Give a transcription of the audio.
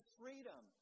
freedom